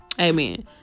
amen